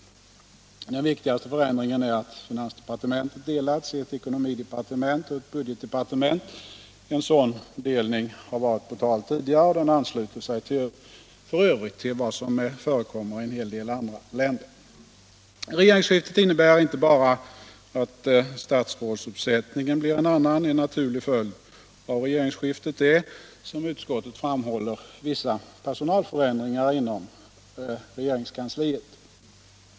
Den viktigaste förändringen är att finansdepartementet delats i ett ekonomidepartement och ett budgetdepartement. En sådan delning har varit på tal tidigare, och den ansluter sig f.ö. till vad som förekommer i en hel del andra länder. Regeringsskiftet innebär inte bara att statsrådsuppsättningen blir en annan. En naturlig följd av regeringsskiftet är, som utskottet framhåller, vissa personalförändringar inom regeringskansliet.